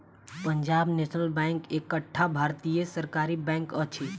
Punjab National Bank एकटा भारतीय सरकारी बैंक अछि